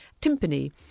timpani